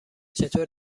چطور